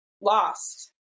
lost